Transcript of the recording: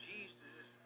Jesus